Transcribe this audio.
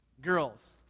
Girls